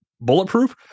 bulletproof